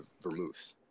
vermouth